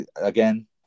Again